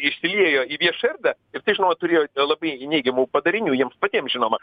išsiliejo į viešą erdvę ir tai žinoma turėjo labai neigiamų padarinių jiems patiems žinoma